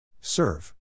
Serve